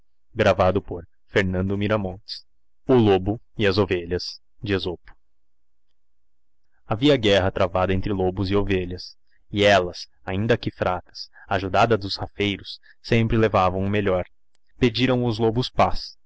m o lobo e as ovelhas havia guerra travada entre lobos e ovelhas e ellas ainda que fracas ajudadas dos rafeiros sempre levavão o melhor pedirão os lobos paz